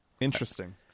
interesting